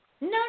no